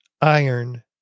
iron